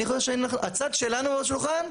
אני חושב שהצד שלנו בשולחן,